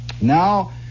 now